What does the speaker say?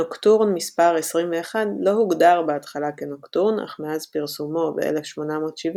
נוקטורן מספר 21 לא הוגדר בהתחלה כנוקטורן אך מאז פרסומו ב-1870